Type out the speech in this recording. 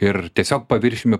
ir tiesiog paviršiumi